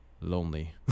lonely